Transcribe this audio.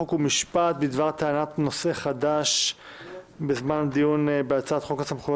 חוק ומשפט בדבר טענת נושא חדש בזמן דיון בהצעת חוק הסמכויות